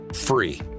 free